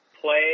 play